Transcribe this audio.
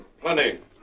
Plenty